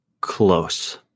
Close